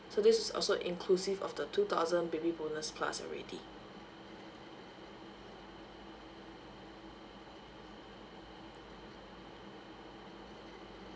so this is also inclusive of the two thousand baby bonus plus already